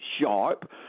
sharp